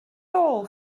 rôl